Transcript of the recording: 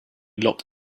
locked